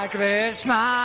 Krishna